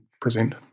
present